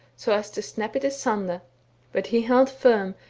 so as to snap it asunder but he held firm,